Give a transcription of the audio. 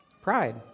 pride